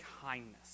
kindness